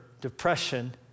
depression